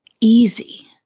easy